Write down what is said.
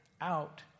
out